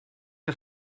que